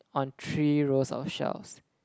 on three rows of shelves